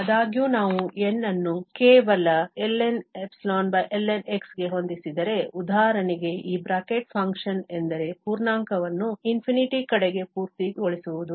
ಆದಾಗ್ಯೂ ನಾವು N ಅನ್ನು ಕೇವಲ ln∈lnx ಗೆ ಹೊಂದಿಸಿದರೆ ಉದಾಹರಣೆಗೆ ಈ ಬ್ರಾಕೆಟ್ ಫಂಕ್ಷನ್ ಎಂದರೆ ಪೂರ್ಣಾಂಕವನ್ನು ∞ ಕಡೆಗೆ ಪೂರ್ತಿಗೊಳಿಸುವುದು